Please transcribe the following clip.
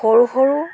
সৰু সৰু